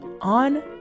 on